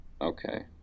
okay